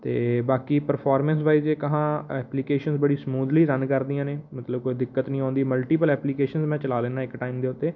ਅਤੇ ਬਾਕੀ performance wise ਜੇ ਕਹਾਂ ਐਪਲੀਕੇਸ਼ਨ ਬੜੀ ਸਮੂਥਲੀ ਰਨ ਕਰਦੀਆਂ ਨੇ ਮਤਲਬ ਕੋਈ ਦਿੱਕਤ ਨਹੀਂ ਆਉਂਦੀ ਮਲਟੀਪਲ ਐਪਲੀਕੇਸ਼ਨ ਮੈਂ ਚਲਾ ਲੈਂਦਾ ਇੱਕ ਟਾਈਮ ਦੇ ਉੱਤੇ